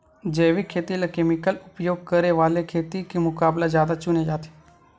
जैविक खेती ला केमिकल उपयोग करे वाले खेती के मुकाबला ज्यादा चुने जाते